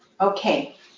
Okay